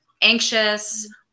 anxious